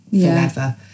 forever